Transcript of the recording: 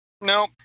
no